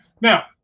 now